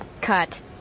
Cut